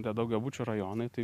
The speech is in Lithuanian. tie daugiabučių rajonai tai